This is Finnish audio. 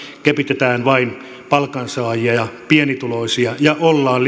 kepitetään vain palkansaajia ja pienituloisia ja ollaan